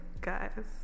guys